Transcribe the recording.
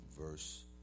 verse